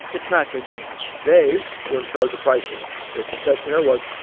it's not good news they were in charge of pricing the concessionaire was.